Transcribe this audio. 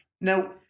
Now